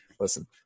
listen